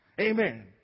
Amen